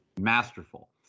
masterful